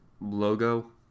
logo